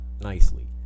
nicely